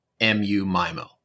MU-MIMO